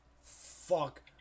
fuck